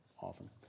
often